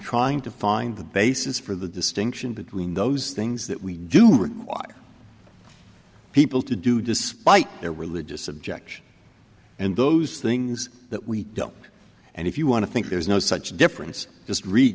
trying to find the basis for the distinction between those things that we do require people to do despite their religious objection and those things that we don't and if you want to think there's no such difference just